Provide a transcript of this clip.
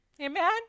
Amen